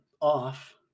off